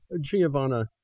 Giovanna